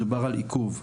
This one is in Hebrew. מדובר על עיכוב,